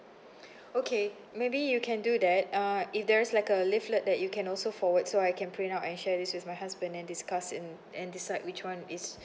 okay maybe you can do that uh if there's like a leaflet that you can also forward so I can print out and share this with my husband and discuss in and decide which one is